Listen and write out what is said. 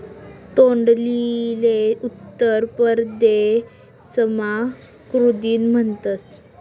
तोंडलीले उत्तर परदेसमा कुद्रुन म्हणतस